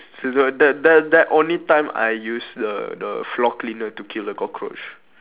it's the that that that only time I use the the floor cleaner to kill the cockroach